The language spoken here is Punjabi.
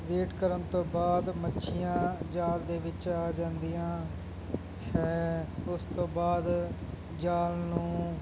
ਵੇਟ ਕਰਨ ਤੋਂ ਬਾਅਦ ਮੱਛੀਆਂ ਜਾਲ ਦੇ ਵਿੱਚ ਆ ਜਾਂਦੀਆਂ ਹੈ ਉਸ ਤੋਂ ਬਾਅਦ ਜਾਲ ਨੂੰ